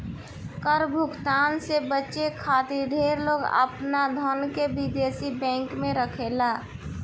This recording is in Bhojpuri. कर भुगतान से बचे खातिर ढेर लोग आपन धन के विदेशी बैंक में रखेला